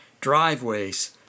driveways